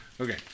Okay